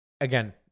again